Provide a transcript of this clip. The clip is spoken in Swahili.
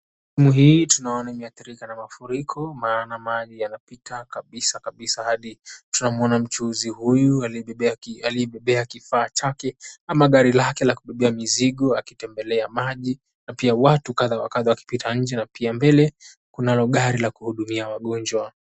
Sehemu hii tunaona limeathirika na mafuriko maana maji yanapita kabisa kabisa hadi tunamuona mchuuzi huyu aliyebebea kifaa chake ama gari lake la kubebea mizigo akitembelea maji na pia watu kadha wa kadha wakipita nje na pia mbele kunalo gari la kuhudumia wagonjwa.